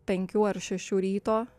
penkių ar šešių ryto